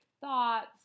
thoughts